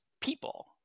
people